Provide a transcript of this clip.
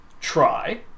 try